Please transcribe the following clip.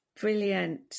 Brilliant